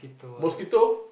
mosquito